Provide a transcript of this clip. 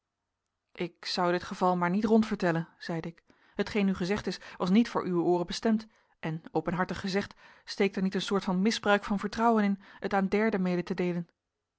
ik zou dit geval maar niet rondvertellen zeide ik hetgeen u gezegd is was niet voor uwe ooren bestemd en openhartig gezegd steekt er niet een soort van misbruik van vertrouwen in het aan derden mede te deelen